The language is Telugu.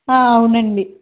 అవునండి